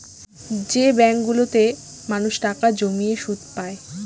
যে ব্যাঙ্কগুলোতে মানুষ টাকা জমিয়ে সুদ পায়